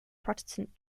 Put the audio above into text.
protestant